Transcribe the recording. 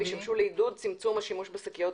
וישמשו לעידוד וצמצום השימוש בשקיות